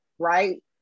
right